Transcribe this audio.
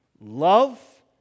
love